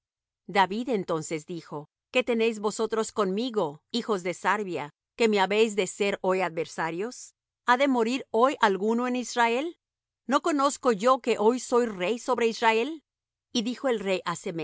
david entonces dijo qué tenéis vosotros conmigo hijos de sarvia que me habéis de ser hoy adversarios ha de morir hoy alguno en israel no conozco yo que hoy soy rey sobre israel y dijo el rey